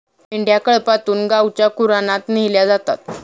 मेंढ्या कळपातून गावच्या कुरणात नेल्या जातात